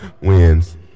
Wins